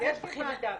--- יש לי ועדה.